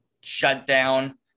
shutdown